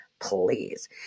Please